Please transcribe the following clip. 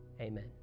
Amen